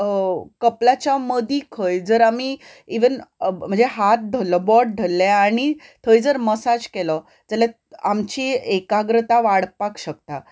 कपलाच्या मदीं खंय जर आमी इवन म्हणजे हात धरलो बोट धरलें आनी थंय जर मसाज केलो जाल्यार आमची एकाग्रता वाडपाक शकता